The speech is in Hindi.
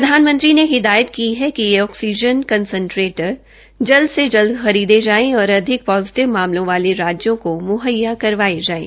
प्रधानमंत्री ने हिदायत की है कि यह ऑक्सीजन कंसेंट्रेटर जल्द से जल्द खरीदे जायें और अधिक पोजिटिव मामलों वाले राज्यों को मुहैया करवायें जायें